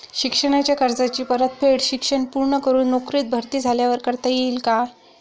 शिक्षणाच्या कर्जाची परतफेड शिक्षण पूर्ण करून नोकरीत भरती झाल्यावर करता येईल काय?